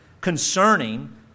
concerning